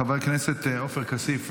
חבר הכנסת עופר כסיף,